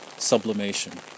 Sublimation